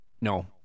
No